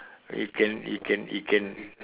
it can it can it can